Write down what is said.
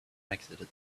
exited